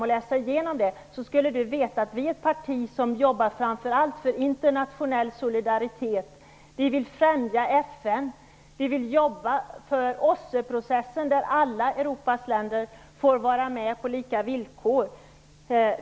Då skulle Axel Andersson få veta att vårt parti framför allt jobbar för internationell solidaritet. Vi vill främja FN, och vi vill arbeta för OSSE-processen, där alla Europas länder får vara med på lika villkor.